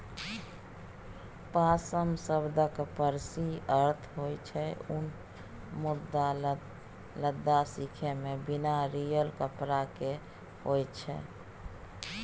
पाश्म शब्दक पारसी अर्थ होइ छै उन मुदा लद्दाखीमे बिना सियल कपड़ा केँ कहय छै